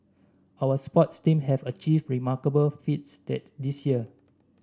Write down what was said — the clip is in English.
our sports team have achieved remarkable feats that this year